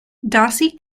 darcy